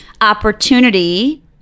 opportunity